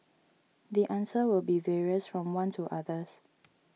the answer will be various from one to others